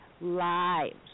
lives